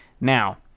Now